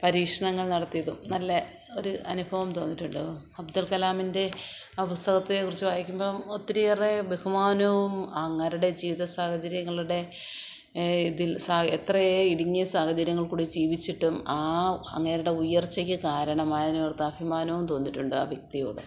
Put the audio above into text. പരീഷ്ണങ്ങൾ നടത്തിയതും നല്ല ഒരു അനുഭവം തോന്നിയിട്ടുണ്ട് അബ്ദുൽ കലാമിന്റെ ആ പുസ്തകത്തെ കുറിച്ച് വായിക്കുമ്പം ഒത്തിരിയേറെ ബഹുമാനവും അങ്ങേരൂടെ ജീവിത സാഹചര്യങ്ങളുടെ ഇതിൽ എത്രയോ ഇടുങ്ങിയ സാഹചര്യങ്ങളിൽ കൂടെ ജീവിച്ചിട്ടും ആ അങ്ങേരുടെ ഉയർച്ചയ്ക്ക് കാരണമായതോർത്ത് അഭിമാനവും തോബന്നിയിട്ടുണ്ട് ആ വ്യക്തിയോട്